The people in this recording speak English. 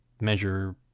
measure